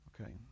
Okay